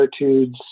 attitudes